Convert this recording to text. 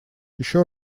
еще